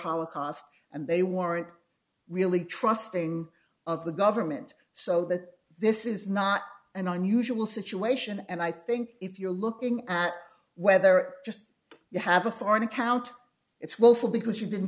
holocaust and they weren't really trusting of the government so that this is not an unusual situation and i think if you're looking at whether just you have a foreign account it's willful because you didn't